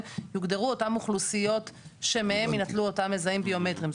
יוגדרו אותן אוכלוסיות שמהן יינטלו אותם מזהים ביומטריים.